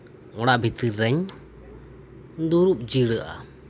ᱚᱲᱟᱜ ᱵᱷᱤᱛᱤᱨᱮᱧ ᱫᱩᱲᱩᱵ ᱡᱤᱨᱟᱹᱜᱼᱟ